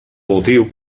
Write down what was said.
motiu